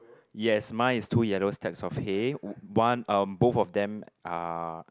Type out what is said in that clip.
yes mine is two yellow stacks of hay one um both of them are